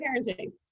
parenting